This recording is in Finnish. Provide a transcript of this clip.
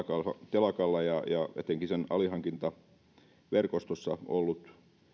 telakalla ja etenkin sen alihankintaverkostossa ollut